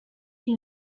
you